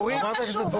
הכול רשום,